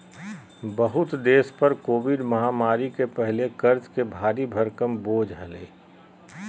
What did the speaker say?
बहुते देश पर कोविड महामारी के पहले कर्ज के भारी भरकम बोझ हलय